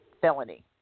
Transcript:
felony